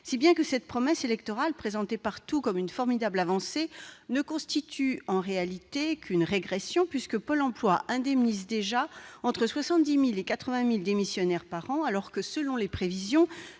Par conséquent, cette promesse électorale, présentée partout comme une formidable avancée, ne constitue en réalité qu'une régression. En effet, alors que Pôle emploi indemnise déjà entre 70 000 et 80 000 démissionnaires par an, selon les prévisions,